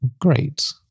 great